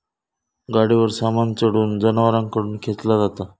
गाडीवर सामान चढवून जनावरांकडून खेंचला जाता